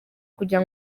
kugira